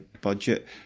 budget